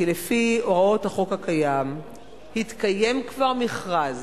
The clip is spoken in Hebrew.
כי לפי הוראות החוק הקיים כבר התקיים מכרז